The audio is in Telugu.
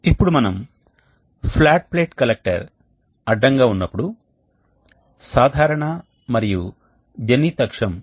కాబట్టి గ్యాస్ స్ట్రీమ్ లో ఈ రెడ్ లైన్ అనేది హాట్ గ్యాస్ లైన్ ని సూచిస్తుంది ఈ లైన్లో 2 వాల్వ్ లు ఉన్నాయి మనం ఏమి చేస్తామో చెప్పండి మేము ఈ వాల్వ్ను మూసివేస్తాము మరియు మేము ఈ వాల్వ్ను తెరుస్తాము